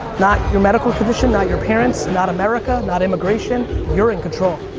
not your medical condition, not your parents, not america, not immigration. you're in control.